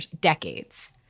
decades